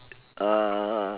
uh